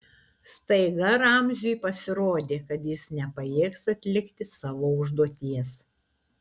staiga ramziui pasirodė kad jis nepajėgs atlikti savo užduoties